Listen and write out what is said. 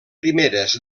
primeres